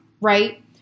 Right